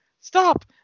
Stop